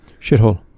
shithole